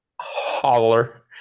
holler